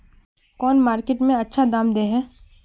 कौन मार्केट में अच्छा दाम दे है?